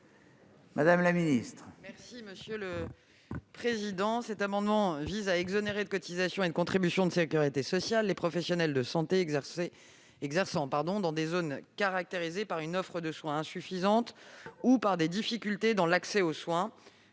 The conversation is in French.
madame la ministre,